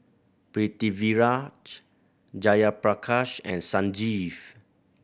Pritiviraj Jayaprakash and Sanjeev